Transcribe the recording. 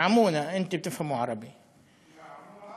עיוורו אותנו לגביה.